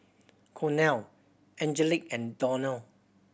Cornel Angelic and Donell